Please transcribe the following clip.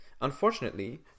Unfortunately